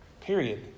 Period